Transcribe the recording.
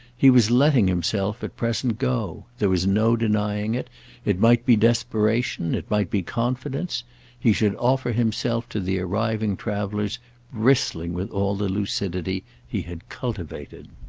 he was letting himself at present, go there was no denying it it might be desperation, it might be confidence he should offer himself to the arriving travellers bristling with all the lucidity he had cultivated.